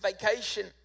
vacation